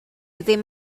ddim